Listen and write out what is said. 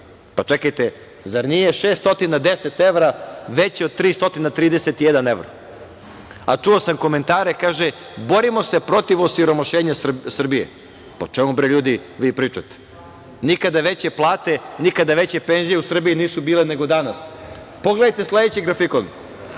Pa čekajte, zar nije 610 evra veće od 331 evro? A čuo sam komentare, kaže – borimo se protiv osiromašenja Srbije. Pa o čemu, bre, ljudi, vi pričate? Nikada veće plate, nikada veće penzije u Srbiji nisu bile nego danas. Pogledajte sledeći grafikon.